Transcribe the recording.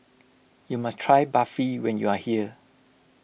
you must try Barfi when you are here